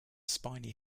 spiny